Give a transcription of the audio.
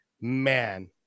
man